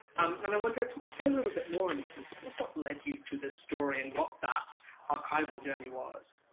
and i wonder if you could say a little bit more, in a sense of of what led you to this story, and what that archival journey was?